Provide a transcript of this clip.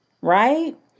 Right